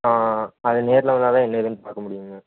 ஆ ஆ அது நேரில் வந்தா தான் என்ன ஏதுன்னு பார்க்க முடியும்ங்க